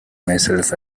myself